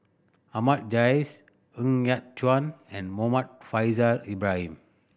Ahmad Jais Ng Yat Chuan and Muhammad Faishal Ibrahim